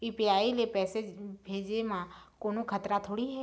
UPI ले पैसे भेजे म कोन्हो खतरा थोड़ी हे?